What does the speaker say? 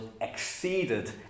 exceeded